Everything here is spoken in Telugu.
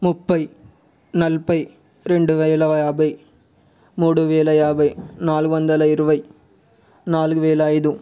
ముప్పై నలభై రెండు వేల యాభై మూడు వేల యాభై నాలుగు వందల ఇరవై నాలుగు వేల ఐదు